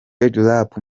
rap